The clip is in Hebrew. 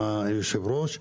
אדוני היושב-ראש.